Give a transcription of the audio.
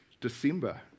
December